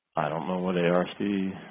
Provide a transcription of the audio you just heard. i don't know what a arsd